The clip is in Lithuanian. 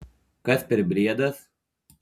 kas per briedas